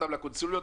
לקונסוליות.